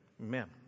Amen